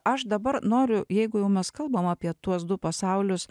aš dabar noriu jeigu jau mes kalbam apie tuos du pasaulius